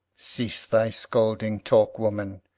cease thy scolding talk, woman!